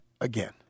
again